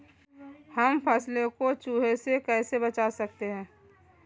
हम फसलों को चूहों से कैसे बचा सकते हैं?